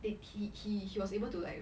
they he he was able to like